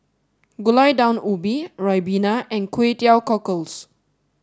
Gulai Daun Ubi Ribena and Kkway Teow cockles